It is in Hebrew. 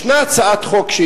הגשתי הצעת חוק,